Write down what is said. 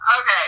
Okay